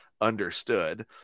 understood